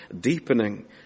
deepening